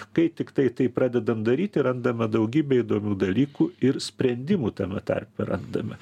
kai tiktai tai pradedam daryti randame daugybę įdomių dalykų ir sprendimų tame tarpe randame